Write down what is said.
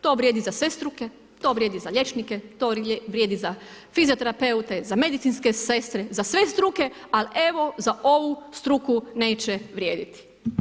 To vrijedi za sve struke, to vrijedi za liječnike, to vrijedi fizioterapeute, za medicinske sestre, za sve struke, ali evo, za ovu struku neće vrijediti.